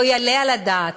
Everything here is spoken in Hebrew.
לא יעלה על הדעת